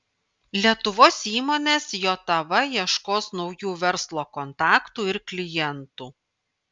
lietuvos įmonės jav ieškos naujų verslo kontaktų ir klientų